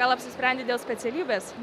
gal apsisprendei dėl specialybės